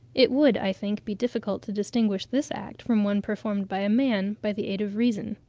it would, i think, be difficult to distinguish this act from one performed by man by the aid of reason.